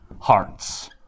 hearts